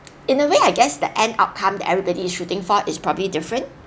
in a way I guess that end outcome that everybody is shooting for is probably different